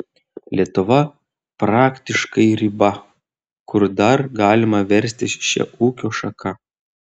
lietuva praktiškai riba kur dar galima verstis šia ūkio šaka